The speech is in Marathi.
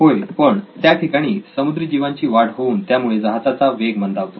होय पण त्यामुळे त्या ठिकाणी समुद्री जीवांची वाढ होऊन त्यामुळे जहाजाचा वेग मंदावतो